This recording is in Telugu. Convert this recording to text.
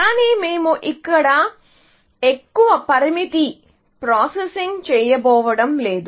కానీ మేము ఇక్కడ ఎక్కువ పరిమితి ప్రాసెసింగ్ చేయబోవడం లేదు